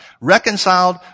Reconciled